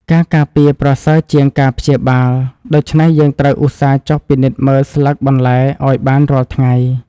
ការការពារប្រសើរជាងការព្យាបាល ដូច្នេះយើងត្រូវឧស្សាហ៍ចុះពិនិត្យមើលស្លឹកបន្លែឱ្យបានរាល់ថ្ងៃ។